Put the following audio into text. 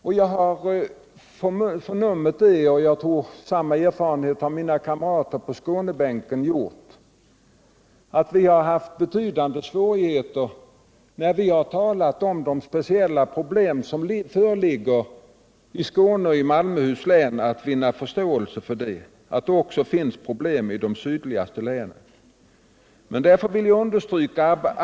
Jag har emellertid förnummit — och jag tror att mina kamrater på Skånebänken har gjort samma erfarenhet — att vi har haft betydande svårigheter när vi talat om att det också föreligger arbetsmarknadsproblem i det sydligaste länet.